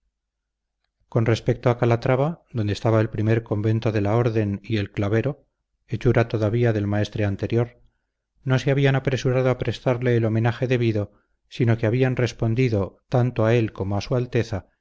con respecto a calatrava donde estaba el primer convento de la orden y el clavero hechura todavía del maestre anterior no se habían apresurado a prestarle el homenaje debido sino que habían respondido tanto a él como a su alteza